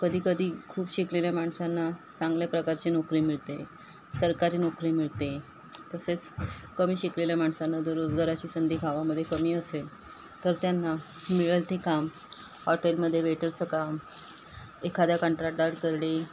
कधी कधी खूप शिकलेल्या माणसांना चांगल्या प्रकारची नोकरी मिळते सरकारी नोकरी मिळते तसेच कमी शिकलेल्या माणसांना जर रोजगाराची संधी गावामध्ये कमी असेल तर त्यांना मिळेल ते काम हॉटेलमध्ये वेटरचं काम एखाद्या कंत्राटदाराकडे